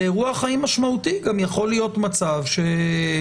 ואירוע חיים משמעותי גם יכול להיות מצב שהורה,